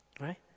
Right